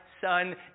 son